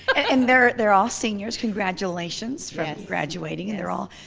and they're they're all seniors, congratulations for and graduating. and they're all,